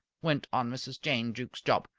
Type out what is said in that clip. went on mrs. jane jukes jopp.